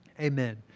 Amen